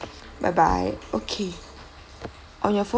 bye bye okay on your pho~